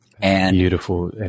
Beautiful